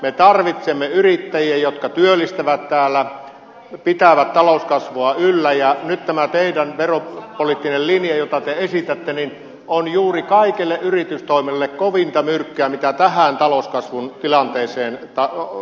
me tarvitsemme yrittäjiä jotka työllistävät täällä pitävät talouskasvua yllä ja nyt tämä teidän veropoliittinen linjanne jota te esitätte on juuri kaikelle yritystoiminnalle kovinta myrkkyä tämä mitä tähän talouskasvun tilanteeseen esitätte